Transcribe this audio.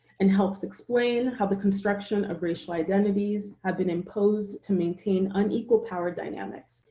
and helps explain how the construction of racial identities have been imposed to maintain unequal power dynamics,